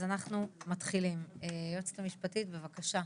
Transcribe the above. אז אנחנו מתחילים, היועצת המשפטית, בבקשה.